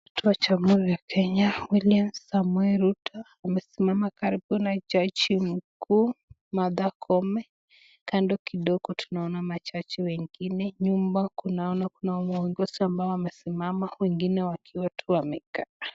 Rais wa jamhuri wa Kenya William Samoei Ruto amesimama karibu na jaji Martha Koome, kando kidogo majaji wengine nyuma kunaona kuna viongozi wamesimama, wengine wakiwa tu wamekaa.